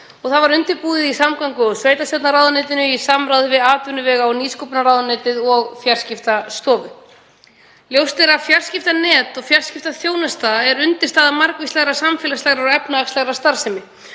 Það var undirbúið í samgöngu- og sveitarstjórnarráðuneytinu í samráði við atvinnuvega- og nýsköpunarráðuneytið og Fjarskiptastofu. Ljóst er að fjarskiptanet og fjarskiptaþjónusta eru undirstaða margvíslegrar samfélagslegrar og efnahagslega